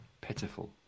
Pitiful